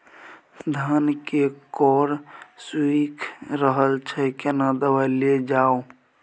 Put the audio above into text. धान के कॉर सुइख रहल छैय केना दवाई देल जाऊ?